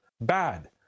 Bad